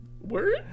Word